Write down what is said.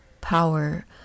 power